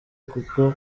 kuko